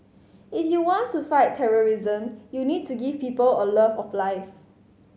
if you want to fight terrorism you need to give people a love of life